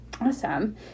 Awesome